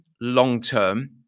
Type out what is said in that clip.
long-term